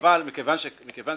אבל מכיוון שכך,